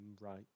right